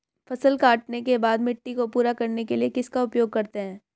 फसल काटने के बाद मिट्टी को पूरा करने के लिए किसका उपयोग करते हैं?